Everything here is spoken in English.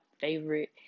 favorite